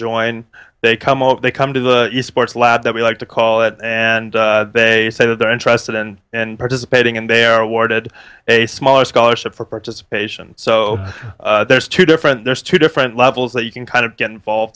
up they come to the sports lab that we like to call it and they say that they're interested and and participating and they are awarded a smaller scholarship for participation so there's two different there's two different levels that you can kind of get involved